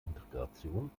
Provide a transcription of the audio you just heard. integration